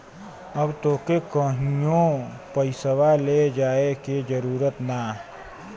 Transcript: अब तोके कहींओ पइसवा ले जाए की जरूरत ना